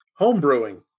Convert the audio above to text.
Homebrewing